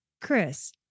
Chris